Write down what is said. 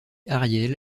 ariel